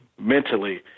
mentally